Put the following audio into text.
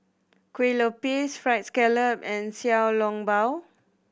Kueh Lopes Fried Scallop and Xiao Long Bao